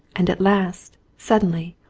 and at last, suddenly,